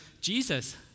Jesus